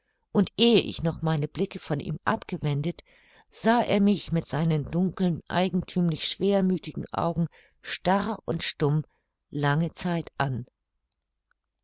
und ehe ich noch meine blicke von ihm abgewendet sah er mich mit seinen dunkeln eigenthümlich schwermüthigen augen starr und stumm lange zeit an